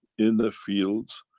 in the fields,